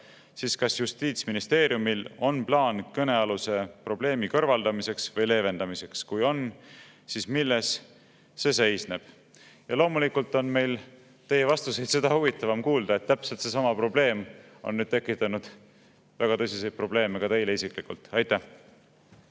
siis kas Justiitsministeeriumil on plaan kõnealuse probleemi kõrvaldamiseks või leevendamiseks? Kui on, siis milles see seisneb?" Ja loomulikult on meil teie vastuseid seda huvitavam kuulda, et täpselt seesama probleem on nüüd tekitanud väga tõsiseid probleeme ka teile isiklikult. Aitäh!